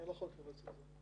אני לא יכול להתייחס לזה.